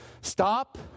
Stop